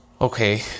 Okay